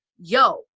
yo